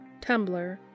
Tumblr